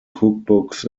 cookbooks